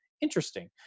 interesting